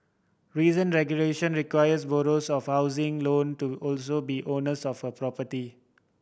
recent regulation requires borrowers of housing loan to also be owners of a property